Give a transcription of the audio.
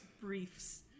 briefs